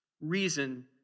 reason